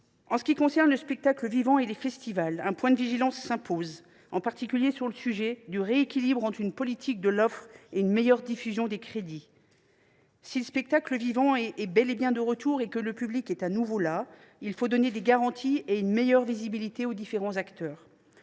En ce qui concerne le spectacle vivant et les festivals, un point de vigilance s’impose, en particulier sur le sujet du rééquilibrage entre une politique de l’offre et une meilleure diffusion des crédits. Si le spectacle vivant est bel et bien de retour et que le public est de nouveau présent, il faut donner des garanties et une meilleure visibilité aux différents acteurs.